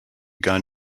gun